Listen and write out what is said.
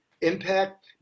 impact